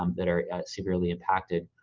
um that are severely impacted.